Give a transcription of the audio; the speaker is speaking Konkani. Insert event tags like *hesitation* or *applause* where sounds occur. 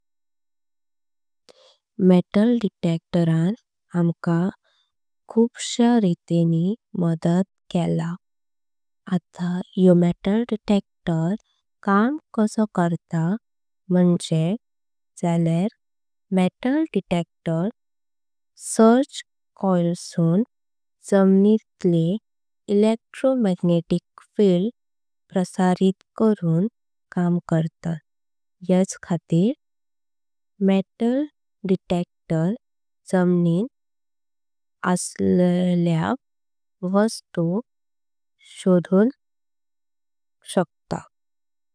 मेटल डिटेक्टर रान आमका खूप शायरीतेनी मदत केला। आता यो मेटल डिटेक्टर काम कसो करता म्हांजे झाल्यार। मेटल डिटेक्टर सर्च कॉइलसून जमीनीतली इलेक्ट्रोमॅग्नेटिक फील्। ड प्रसारित करून काम करतात ह्याच खातीर मेटल डिटेक्टर। जमनीन *hesitation* असलल्या वस्तू शोडूनक शकता।